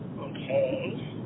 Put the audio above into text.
okay